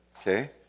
okay